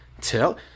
Tell